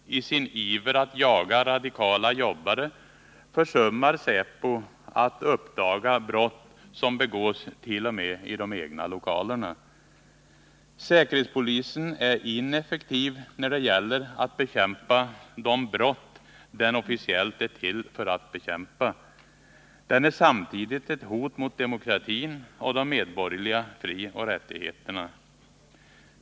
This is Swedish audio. I sin iver att jaga radikala jobbare försummar säpo att uppdaga brott som begås t.o.m. i de egna lokalerna. Säkerhetspolisen är ineffektiv när det gäller att bekämpa de brott den officiellt är till för att bekämpa. Den är samtidigt ett hot mot demokratin och de medborgerliga frioch rättigheterna.